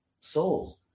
souls